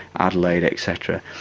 adelaide, etc,